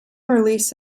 release